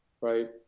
right